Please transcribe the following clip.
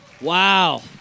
Wow